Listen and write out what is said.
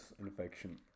infection